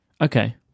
Okay